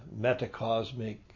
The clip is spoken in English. metacosmic